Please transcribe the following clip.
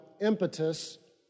impetus